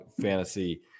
Fantasy